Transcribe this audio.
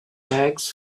bags